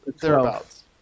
thereabouts